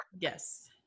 Yes